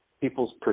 people's